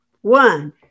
one